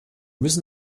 müssen